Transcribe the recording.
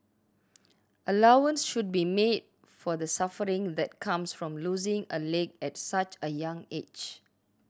allowance should be made for the suffering that comes from losing a leg at such a young age